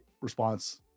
response